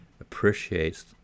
appreciates